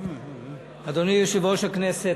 אדוני יושב-ראש הכנסת,